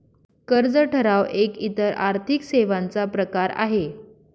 कर्ज ठराव एक इतर आर्थिक सेवांचा प्रकार आहे